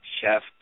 chef